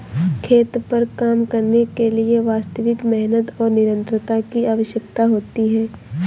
खेत पर काम करने के लिए वास्तविक मेहनत और निरंतरता की आवश्यकता होती है